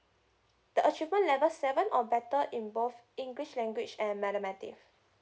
the achievement level seven or better involved english language and mathematic